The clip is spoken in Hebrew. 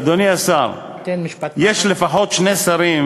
אדוני השר, יש לפחות שני שרים